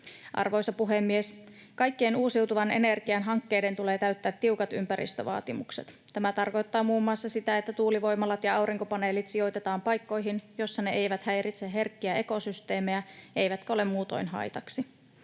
Arvoisa puhemies! Kaikkien uusiutuvan energian hankkeiden tulee täyttää tiukat ympäristövaatimukset. Tämä tarkoittaa muun muassa sitä, että tuulivoimalat ja aurinkopaneelit sijoitetaan paikkoihin, joissa ne eivät häiritse herkkiä ekosysteemejä eivätkä ole muutoin haitaksi.